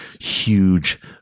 huge